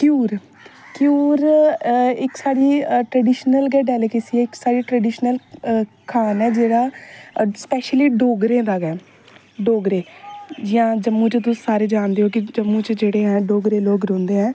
घ्यूर घ्यूर इक साढ़ी ट्रडिशनल डेलीकेसी ऐ इक साढ़ा ट्रडिशनल खान ऐ स्पेशली डोगरें दा गै डोगरे जियां जम्मू च तुस सारे जानदे ओ कि जम्मू च जेहडे़ डोगरे लोक रौंहदे ऐ